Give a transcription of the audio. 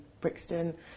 Brixton